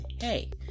hey